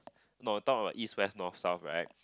no talk about East West north south right